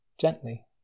gently